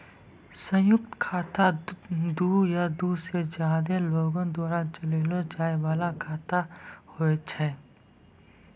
संयुक्त खाता दु या दु से ज्यादे लोगो द्वारा चलैलो जाय बाला खाता होय छै